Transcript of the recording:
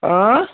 اۭں